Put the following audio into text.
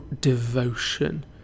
devotion